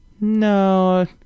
No